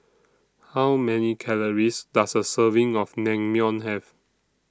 How Many Calories Does A Serving of Naengmyeon Have